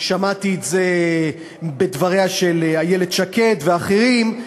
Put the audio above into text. שמעתי את זה בדברים של איילת שקד ואחרים,